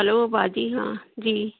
hello باجی ہاں جی